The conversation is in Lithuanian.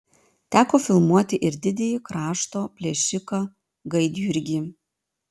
teko filmuoti ir didįjį krašto plėšiką gaidjurgį